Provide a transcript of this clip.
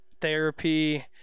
therapy